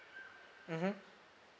mmhmm